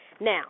Now